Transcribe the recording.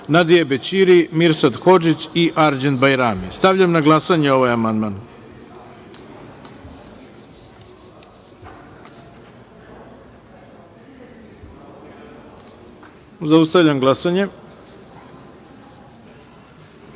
Nadija Bećiri, Mirsad Hodžić i Arđend Bajrami. Stavljam na glasanje ovaj amandman. Zaustavljam glasanje: